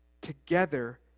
together